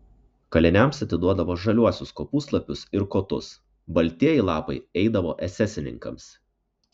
kaliniams atiduodavo žaliuosius kopūstlapius ir kotus baltieji lapai eidavo esesininkams